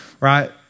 right